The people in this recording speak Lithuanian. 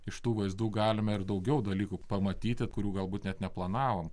iš tų vaizdų galime ir daugiau dalykų pamatyti kurių galbūt net neplanavom